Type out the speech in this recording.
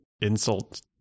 insult